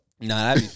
Nah